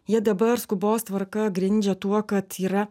jie dabar skubos tvarka grindžia tuo kad yra